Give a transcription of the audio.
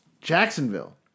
jacksonville